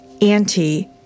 anti